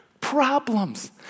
problems